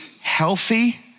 healthy